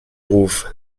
ruf